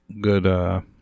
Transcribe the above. good